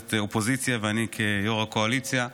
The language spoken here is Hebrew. מרכזת האופוזיציה ואני יו"ר הקואליציה.